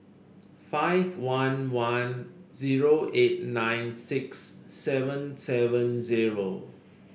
five one one zero eight nine six seven seven zero